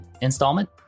installment